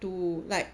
to like